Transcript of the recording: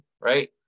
right